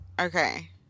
Okay